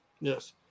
Yes